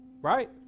right